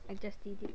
I just did it